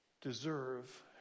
Deserve